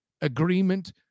agreement